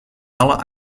alle